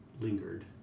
lingered